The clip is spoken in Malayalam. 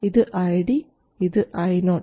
ഇത് ID ഇത് Io